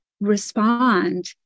respond